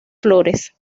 flores